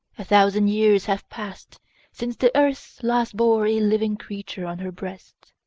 a thousand years have passed since the earth last bore a living creature on her breast,